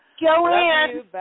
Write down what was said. Joanne